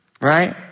Right